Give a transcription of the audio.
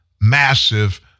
massive